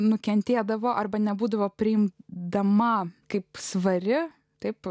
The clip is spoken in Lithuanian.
nukentėdavo arba nebūdavo priimti dama kaip svari taip